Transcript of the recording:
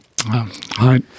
Hi